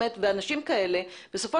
גם אם